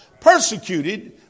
Persecuted